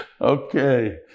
Okay